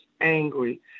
angry